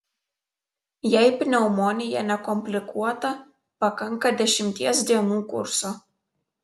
jei pneumonija nekomplikuota pakanka dešimties dienų kurso